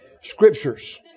Scriptures